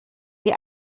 die